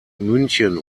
münchen